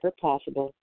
possible